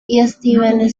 steve